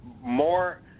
more